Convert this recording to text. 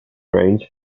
range